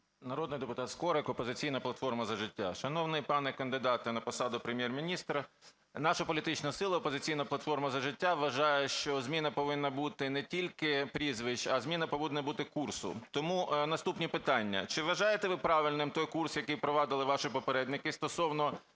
Народний депутат Скорик, "Опозиційна платформа - За життя". Шановний пане кандидате на посаду Прем’єр-міністра, наша політична сила "Опозиційна платформа - За життя" вважає, що зміна повинна бути не тільки прізвищ, а зміна повинна бути курсу. Тому наступні питання. Чи вважаєте ви правильним той курс, який провадили ваші попередники, стосовно